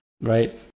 right